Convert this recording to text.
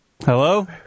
Hello